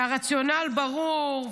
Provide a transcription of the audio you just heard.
הרציונל ברור,